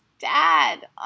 dad